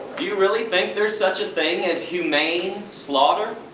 you really think there is such a thing as humane slaughter?